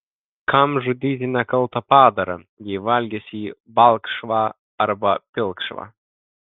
kam žudyti nekaltą padarą jei valgysi jį balkšvą arba pilkšvą